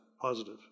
Positive